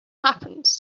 happens